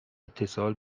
اتصال